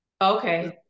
Okay